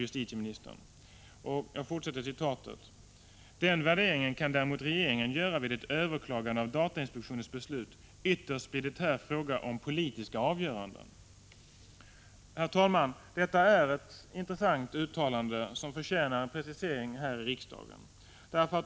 Den värderingen kan däremot regeringen göra vid ett överklagande av datainspektionens beslut. Ytterst blir det här fråga om politiska avgöranden.” Herr talman! Detta är ett intressant uttalande, som förtjänar en precisering här i riksdagen.